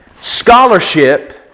scholarship